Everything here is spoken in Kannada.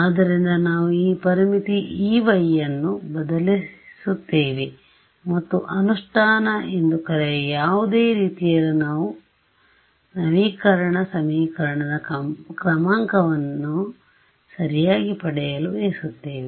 ಆದ್ದರಿಂದ ನಾವು ಈ ಪರಿಮಿತಿ Eyಅನ್ನು ಬದಲಿಸುತ್ತೇವೆ ಮತ್ತು ಅನುಷ್ಠಾನ ಎಂದು ಕರೆಯುವ ಯಾವುದೇ ರೀತಿಯಲ್ಲೂ ನಾವು ನವೀಕರಣ ಸಮೀಕರಣದ ಕ್ರಮಾಂಕವನ್ನು ಸರಿಯಾಗಿ ಪಡೆಯಲು ಬಯಸುತ್ತೇವೆ